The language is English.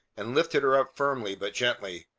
and lifted her up firmly but gently.